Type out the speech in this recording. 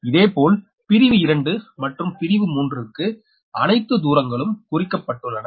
இதேபோல் பிரிவு 2 மற்றும் பிரிவு 3 க்கு அனைத்து தூரங்களும் குறிக்கப்பட்டுள்ளன